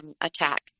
attack